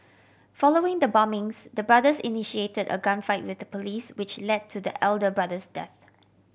following the bombings the brothers initiated a gunfight with the police which led to the elder brother's death